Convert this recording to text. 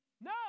No